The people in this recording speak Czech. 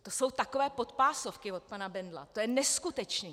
To jsou takové podpásovky od pana Bendla, to je neskutečné.